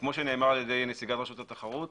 כפי שנאמר על-ידי נציגת רשות התחרות,